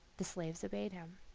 the slaves obeyed him.